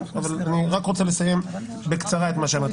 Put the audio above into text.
אבל אני רוצה לסיים בקצרה את מה שאמרתי.